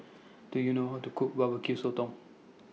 Do YOU know How to Cook Barbecue Sotong